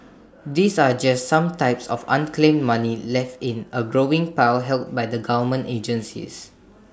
these are just some types of unclaimed money left in A growing pile held by the government agencies